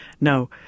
no